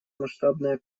масштабная